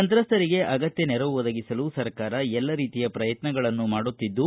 ಸಂತ್ರಸ್ತರಿಗೆ ಅಗತ್ನ ನೆರವು ಒದಗಿಸಲು ಸರ್ಕಾರ ಎಲ್ಲ ರೀತಿಯ ಪ್ರಯತ್ನಗಳನ್ನು ಮಾಡುತ್ತಿದ್ದು